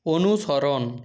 অনুসরণ